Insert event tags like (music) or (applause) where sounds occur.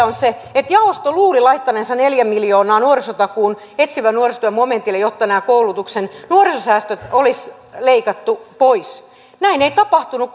(unintelligible) on se että jaosto luuli laittaneensa neljä miljoonaa nuorisotakuun etsivän nuorisotyön momentille jotta nämä koulutuksen nuorisosäästöt olisi leikattu pois näin ei tapahtunut (unintelligible)